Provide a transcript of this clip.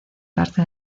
parte